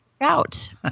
out